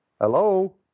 Hello